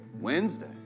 Wednesday